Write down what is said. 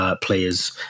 players